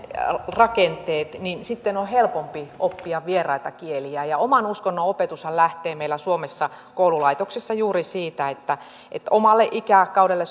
rakenteet niin sitten on helpompi oppia vieraita kieliä ja oman uskonnon opetushan lähtee meillä suomessa koululaitoksessa juuri siitä että että omalle ikäkaudelle